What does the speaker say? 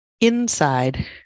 inside